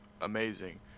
amazing